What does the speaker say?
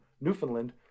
Newfoundland